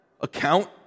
account